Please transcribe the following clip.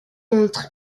contre